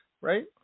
right